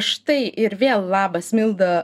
štai ir vėl labas milda